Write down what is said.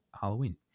Halloween